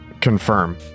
confirm